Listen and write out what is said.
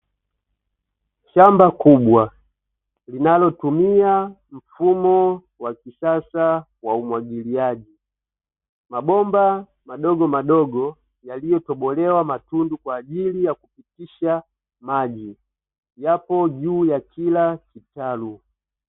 Shamba kubwa linalotumia mfumo wa kisasa wa umwagiliaji, mabomba madogomadogo yaliyotobolewa matundu kwa ajili ya kupitisha maji yapo juu ya kila kitalu.